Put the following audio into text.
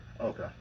Okay